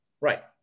Right